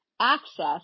access